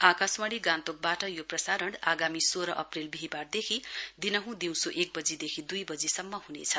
आकाशवाणी गान्तोकवाट यो प्रसारण आगामी सोह्र अप्रेल विहीवारदेखि दिनहुँ दिउँसो एक वजी देखि दुई वजीसम्म हुनेछ